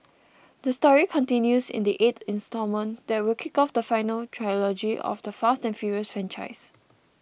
the story continues in the eight instalment that will kick off the final trilogy of the Fast and Furious franchise